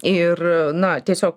ir na tiesiog